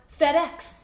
FedEx